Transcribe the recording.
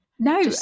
No